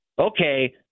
Okay